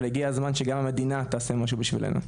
אבל הגיע הזמן שגם המדינה תעשה משהו בשבילנו.